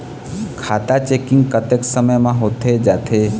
खाता चेकिंग कतेक समय म होथे जाथे?